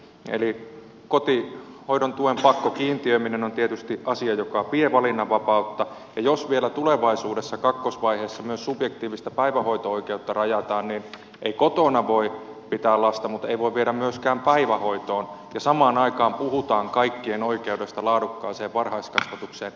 eli kotihoidon tuen pakkokiintiöiminen on tietysti asia joka vie valinnanvapautta ja jos vielä tulevaisuudessa kakkosvaiheessa myös subjektiivista päivähoito oikeutta rajataan niin ei kotona voi pitää lasta mutta ei voi viedä myöskään päivähoitoon ja samaan aikaan puhutaan kaikkien oikeudesta laadukkaaseen varhaiskasvatukseen